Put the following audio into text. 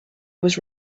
was